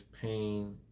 pain